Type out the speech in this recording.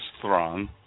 throng